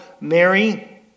Mary